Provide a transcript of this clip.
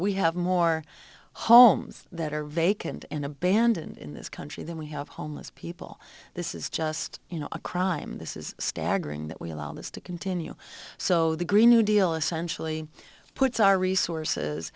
we have more homes that are vacant and abandoned in this country than we have homeless people this is just you know a crime this is staggering that we allow this to continue so the green new deal essentially puts our resources